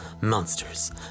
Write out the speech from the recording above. monsters